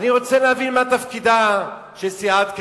אני רוצה להבין מה תפקידה של סיעת קדימה,